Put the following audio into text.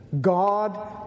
God